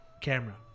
Camera